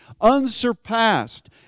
unsurpassed